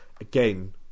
again